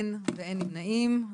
אין ואין נמנעים.